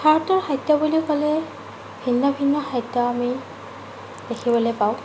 ভাৰতৰ খাদ্য বুলি ক'লে ভিন্ন ভিন্ন খাদ্য আমি দেখিবলৈ পাওঁ